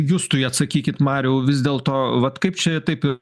justui atsakykit mariau vis dėlto vat kaip čia taip